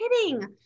kidding